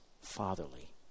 fatherly